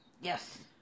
Yes